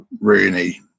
Rooney